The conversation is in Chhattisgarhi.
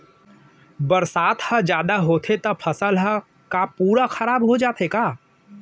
बरसात ह जादा होथे त फसल ह का पूरा खराब हो जाथे का?